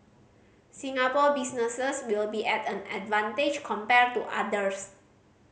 Singapore businesses will be at an advantage compared to others